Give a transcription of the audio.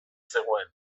zegoen